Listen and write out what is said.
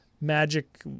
Magic